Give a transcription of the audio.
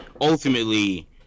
ultimately